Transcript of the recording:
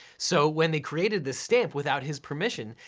so when they created this stamp without his permission,